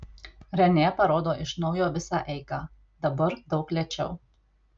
renė parodo iš naujo visą eigą dabar daug lėčiau